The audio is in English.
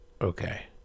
okay